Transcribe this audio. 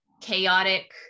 chaotic